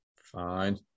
Fine